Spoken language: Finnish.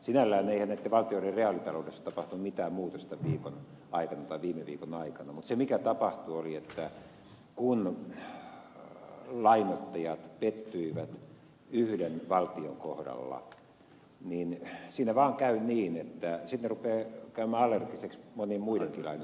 eihän näitten valtioitten reaalitaloudessa tapahtunut sinällään mitään muutosta viime viikon aikana mutta se mikä tapahtui oli että kun lainoittajat pettyivät yhden valtion kohdalla niin siinä vaan käy niin että ne rupeavat käymään allergiseksi monien muidenkin lainanottajien kohdalla